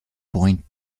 point